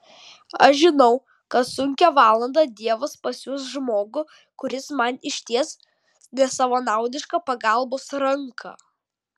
aš žinau kad sunkią valandą dievas pasiųs žmogų kuris man išties nesavanaudišką pagalbos ranką